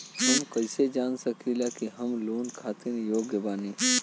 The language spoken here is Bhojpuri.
हम कईसे जान सकिला कि हम लोन खातिर योग्य बानी?